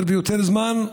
יותר ויותר זמן,